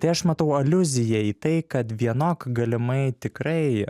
tai aš matau aliuziją į tai kad vienok galimai tikrai